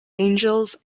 angels